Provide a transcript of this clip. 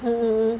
mm mm